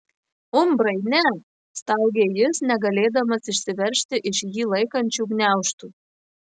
umbrai ne staugė jis negalėdamas išsiveržti iš jį laikančių gniaužtų